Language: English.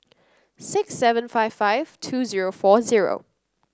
six seven five five two zero four zero